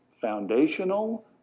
foundational